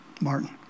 Martin